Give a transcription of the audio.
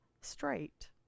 straight